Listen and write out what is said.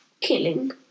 killing